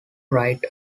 write